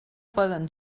poden